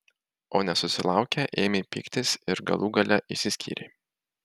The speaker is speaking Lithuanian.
o nesusilaukę ėmė pyktis ir galų gale išsiskyrė